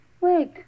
Wait